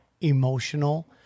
emotional